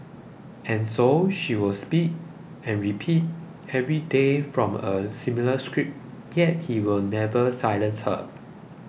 and so she will speak and repeat every day from a similar script yet he will never silence her